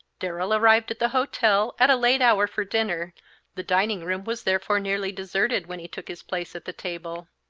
darrell arrived at the hotel at a late hour for dinner the dining-room was therefore nearly deserted when he took his place at the table.